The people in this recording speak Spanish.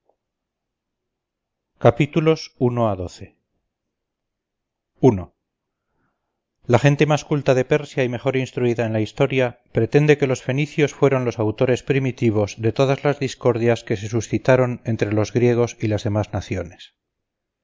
libro i clío de herodoto la gente más culta de persia y mejor instruida en la historia pretende que los fenicios fueron los autores primitivos de todas las discordias que se suscitaron entre los griegos y las demás naciones